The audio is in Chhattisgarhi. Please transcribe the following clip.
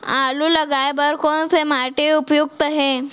आलू लगाय बर कोन से माटी उपयुक्त हे?